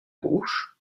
gauche